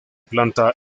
planta